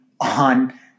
on